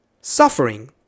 suffering